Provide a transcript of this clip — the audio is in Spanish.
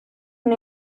una